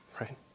Right